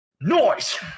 noise